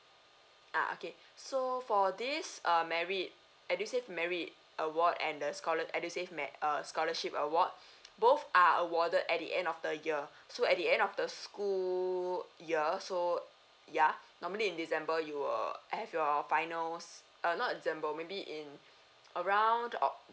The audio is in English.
ah okay so for this err merit edusave merit awards and the scholar edusave met~ err scholarship award both are awarded at the end of the year so at the end of the school year so yeah normally in december you have your finals err not december maybe in around or